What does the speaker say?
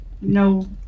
No